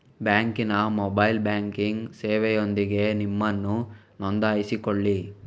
ಬ್ಯಾಂಕಿನ mobile banking ಸೇವೆಯೊಂದಿಗೆ ನಿಮ್ಮನ್ನು ನೋಂದಾಯಿಸಿಕೊಳ್ಳಿ